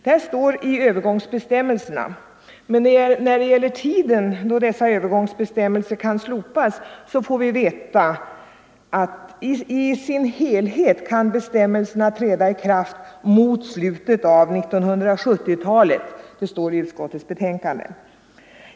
Detta står i övergångsbestämmelserna, men i fråga om tidpunkten när dessa övergångsbestämmelser kan slopas får vi veta att bestämmelserna i sin helhet kan träda i kraft först mot slutet av 1970-talet. Det står i utskottets betänkande.